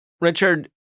Richard